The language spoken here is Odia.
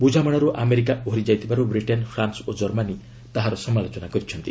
ବୁଝାମଣାରୁ ଆମେରିକା ଓହରି ଯାଇଥିବାରୁ ବ୍ରିଟେନ୍ ଫ୍ରାନ୍ସ ଓ ଜର୍ମାନୀ ତାହାର ସମାଲୋଚନା କରିଛନ୍ତି